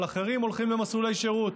אבל אחרים הולכים למסלולי שירות.